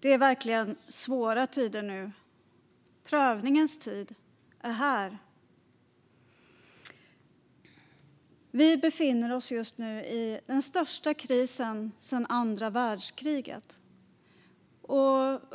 Det är verkligen svåra tider nu. Prövningens tid är här. Vi befinner oss just nu i den största krisen sedan andra världskriget.